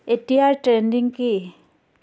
এতিয়াৰ ট্ৰেণ্ডিং কি